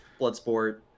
Bloodsport